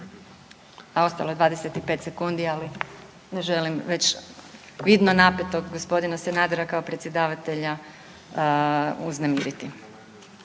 A ostalo je 25 sekundi, ali ne želim već vidno napetog gospodina Sanadera kao predsjedavatelja uznemiriti,